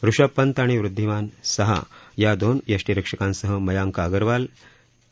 ऋषभ पंत आणि वृद्धीमान साहा या दोन यष्टीरक्षकांसह मयांक अगरवाल के